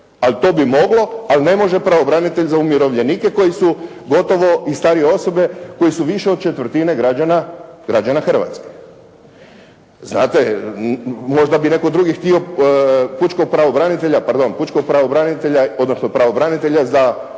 ali to bi moglo, ali ne može pravobranitelj za umirovljenike koji su gotovo i starije osobe koji su više od četvrtine građana Hrvatske. Znate, možda bi netko drugi htio pučkog pravobranitelja, pardon, pučkog pravobranitelja odnosno pravobranitelja za određenu